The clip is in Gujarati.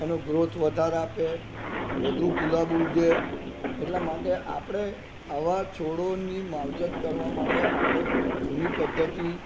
એનો ગ્રોથ વધારે આપે વધુ ગુલાબ ઉગે એટલા માટે આપણે આવા છોડોની માવજત કરવા માટે આપણે જૂની પદ્ધતિ